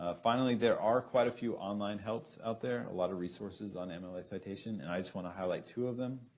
ah finally there are quite a few online helps out there. a lot of resources on mla citation and i just want to highlight two of them.